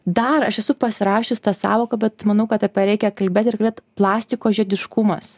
dar aš esu pasirašius tą sąvoką bet manau kad apie ją reikia kalbėt ir kalbėt plastiko žiediškumas